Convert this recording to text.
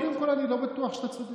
קודם כול, אני לא בטוח שאתה צודק.